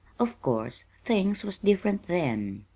of course, things was different then.